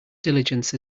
diligence